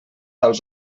als